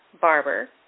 barber